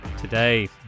today